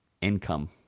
income